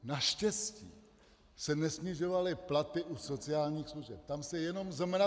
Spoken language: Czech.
Naštěstí se nesnižovaly platy u sociálních služeb, tam se jenom zmrazily.